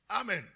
Amen